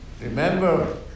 Remember